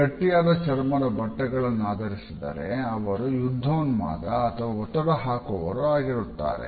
ಗಟ್ಟಿಯಾದ ಚರ್ಮದ ಬಟ್ಟೆಗಳನ್ನುಧರಿಸಿದರೆ ಅವರು ಯುದ್ದೋನ್ಮಾದ ಅಥವಾ ಒತ್ತಡ ಹಾಕುವವರು ಆಗಿರುತ್ತಾರೆ